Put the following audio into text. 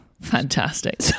fantastic